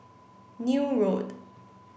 Neil Road